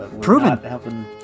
proven